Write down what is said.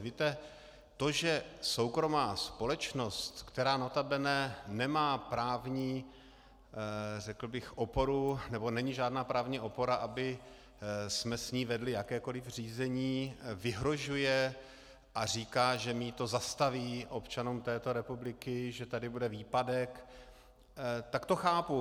Víte, to, že soukromá společnost, která nota bene nemá právní, řekl bych, oporu, nebo není žádná právní opora, abychom s ní vedli jakékoliv řízení, vyhrožuje a říká, že mýto zastaví občanům této republiky, že tady bude výpadek, tak to chápu.